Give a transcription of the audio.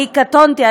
קטונתי,